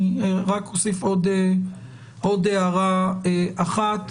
אני רק אוסיף עוד הערה אחת.